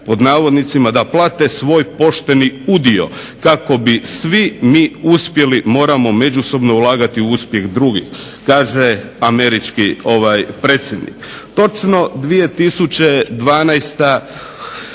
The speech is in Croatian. pod navodnicima da plate svoj pošteni udio. Kako bi svi mi uspjeli moramo međusobno ulagati u uspjeh drugih, kaže američki predsjednik.